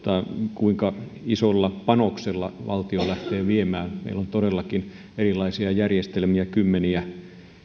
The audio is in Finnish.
kuinka isolla panoksella valtio lähtee sitä viemään meillä on todellakin erilaisia järjestelmiä kymmeniä